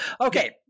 Okay